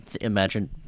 imagine